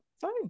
fine